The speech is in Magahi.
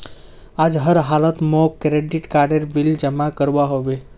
आज हर हालौत मौक क्रेडिट कार्डेर बिल जमा करवा होबे